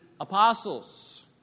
apostles